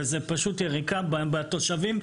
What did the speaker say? וזה פשוט יריקה על התושבים.